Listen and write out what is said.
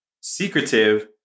secretive